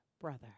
brother